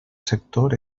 sector